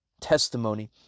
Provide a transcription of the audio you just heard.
testimony